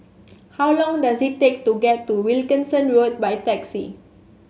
how long does it take to get to Wilkinson Road by taxi